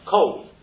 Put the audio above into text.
Cold